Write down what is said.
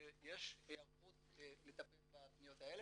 שיש היערכות לטפל בפניות האלה.